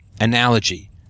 analogy